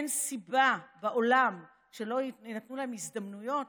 אין סיבה בעולם שלא יינתנו להם הזדמנויות